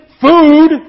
food